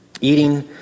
eating